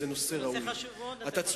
נושא חשוב מאוד, אתה יכול להמשיך.